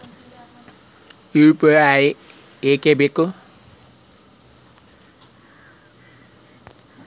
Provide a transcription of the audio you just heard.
UPI ಯಾಕ್ ಬೇಕು?